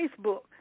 Facebook